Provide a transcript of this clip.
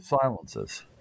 silences